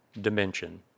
dimension